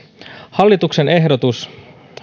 hallituksen ehdotus